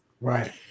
Right